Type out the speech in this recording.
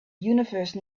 universe